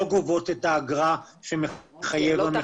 לא גובות את האגרה שמחייב המחוקק.